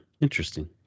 Interesting